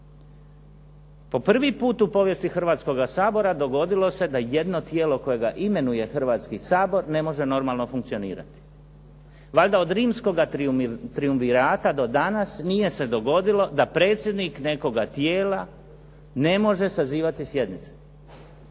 Po prvi put u povijesti Hrvatskoga sabora dogodilo se da jedno tijelo kojega imenuje Hrvatski sabor ne može normalno funkcionirati. Valjda od rimskoga trijumvirata do danas nije se dogodilo da predsjednik nekoga tijela ne može sazivati sjednice,